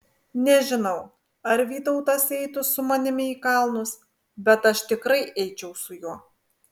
nežinau ar vytautas eitų su manimi į kalnus bet aš tikrai eičiau su juo